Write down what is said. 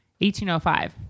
1805